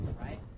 right